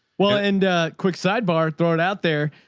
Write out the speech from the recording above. well, and a quick sidebar, throw it out there.